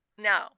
No